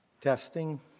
Testing